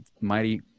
mighty